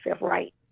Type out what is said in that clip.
right